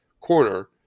corner